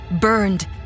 burned